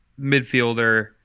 midfielder